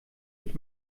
ich